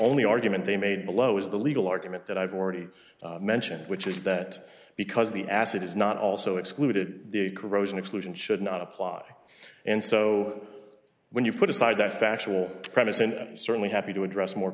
only argument they made below is the legal argument that i've already mentioned which is that because the acid is not also excluded the corrosion exclusion should not apply and so when you put aside that factual premise and i'm certainly happy to address more